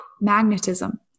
magnetism